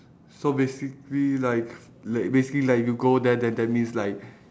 so basically like like basically like if you go there then that means like